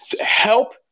help